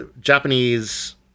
Japanese